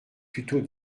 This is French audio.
plutôt